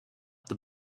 the